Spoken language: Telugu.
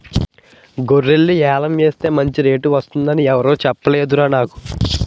గొర్రెల్ని యాలం ఎసేస్తే మంచి రేటు వొత్తదని ఎవురూ సెప్పనేదురా నాకు